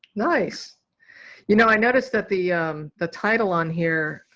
nice you know, i noticed that the the title on here